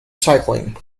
cycling